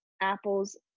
apples